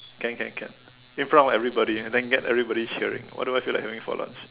can can can in front of everybody and then get everybody cheering what do I feel like having for lunch